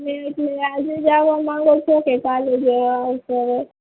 અ એટલે આજે જ આવવા માગો છો કે કાલે જ આવશો હવે